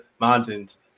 mountains